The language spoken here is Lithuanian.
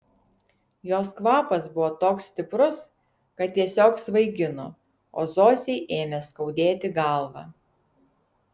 jos kvapas buvo toks stiprus kad tiesiog svaigino o zosei ėmė skaudėti galvą